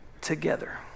together